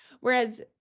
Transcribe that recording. Whereas